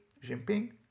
Jinping